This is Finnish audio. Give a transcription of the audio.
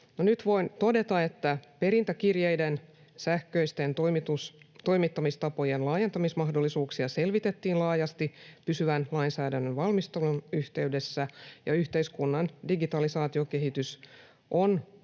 nyt voin todeta, että perintäkirjeiden sähköisten toimittamistapojen laajentamismahdollisuuksia selvitettiin laajasti pysyvän lainsäädännön valmistelun yhteydessä, ja yhteiskunnan digitalisaatiokehitys on totta kai